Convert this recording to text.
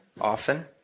often